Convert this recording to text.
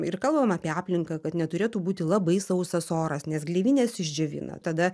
ir kalbam apie aplinką kad neturėtų būti labai sausas oras nes gleivines išdžiovina tada